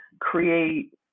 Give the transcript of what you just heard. create